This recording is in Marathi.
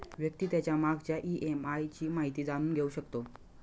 व्यक्ती त्याच्या मागच्या ई.एम.आय ची माहिती जाणून घेऊ शकतो